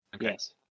Yes